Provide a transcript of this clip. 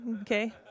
okay